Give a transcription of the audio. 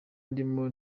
ndimo